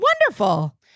Wonderful